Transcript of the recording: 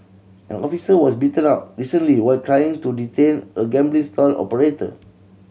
an officer was beaten up recently while trying to detain a gambling stall operator